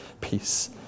peace